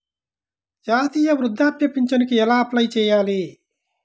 జాతీయ వృద్ధాప్య పింఛనుకి ఎలా అప్లై చేయాలి?